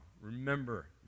Remember